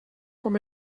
com